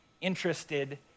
interested